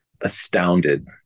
astounded